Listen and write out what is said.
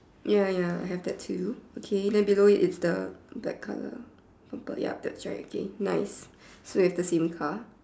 ya ya I have that too okay then below it's the black colour bumper ya that's right okay nice so that's the same car